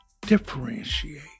differentiate